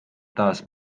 taas